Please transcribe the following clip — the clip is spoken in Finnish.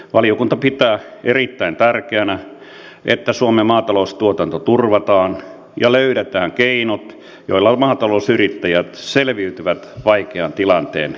valiokunta pitää erittäin tärkeänä että suomen maataloustuotanto turvataan ja löydetään keinot joilla maatalousyrittäjät selviytyvät vaikean tilanteen yli